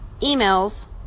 emails